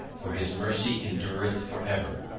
for his mercy endureth for ever.